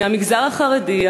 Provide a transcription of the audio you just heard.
מהמגזר החרדי,